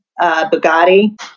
Bugatti